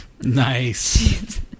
Nice